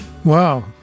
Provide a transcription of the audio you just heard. Wow